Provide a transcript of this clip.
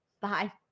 Bye